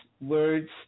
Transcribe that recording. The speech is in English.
words